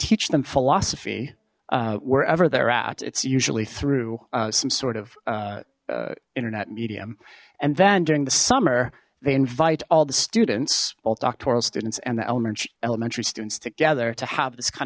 teach them philosophy wherever they're at it's usually through some sort of internet medium and then during the summer they invite all the students both doctoral students and the element elementary students together to have this kind